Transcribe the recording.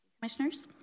Commissioners